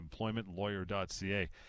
employmentlawyer.ca